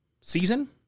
season